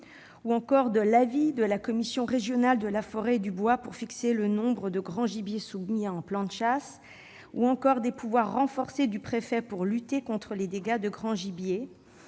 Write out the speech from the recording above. gibier ; de l'avis de la Commission régionale de la forêt et du bois pour fixer le nombre du grand gibier soumis au plan de chasse ; des pouvoirs renforcés du préfet pour lutter contre les dégâts du grand gibier